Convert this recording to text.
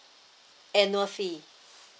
annual fee